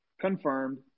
Confirmed